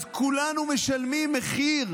אז כולנו משלמים מחיר